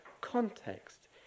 context